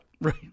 Right